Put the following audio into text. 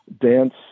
Dance